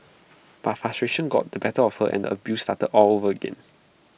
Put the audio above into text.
but frustration got the better of her and abuse started all over again